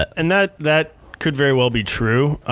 and that that could very well be true.